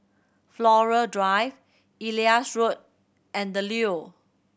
Flora Drive Elias Road and The Leo